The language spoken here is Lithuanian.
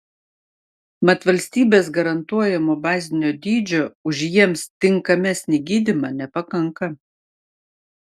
mat valstybės garantuojamo bazinio dydžio už jiems tinkamesnį gydymą nepakanka